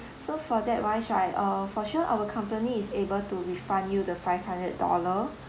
so for that wise right uh for sure our company is able to refund you the five hundred dollar